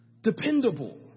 dependable